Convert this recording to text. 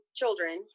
children